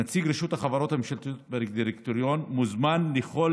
נציג רשות החברות הממשלתיות בדירקטוריון מוזמן לכל